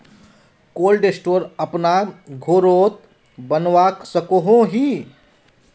Cold store अपना घोरोत बनवा सकोहो ही?